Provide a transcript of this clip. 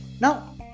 Now